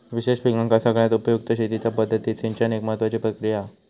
विशेष पिकांका सगळ्यात उपयुक्त शेतीच्या पद्धतीत सिंचन एक महत्त्वाची प्रक्रिया हा